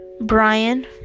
Brian